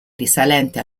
risalenti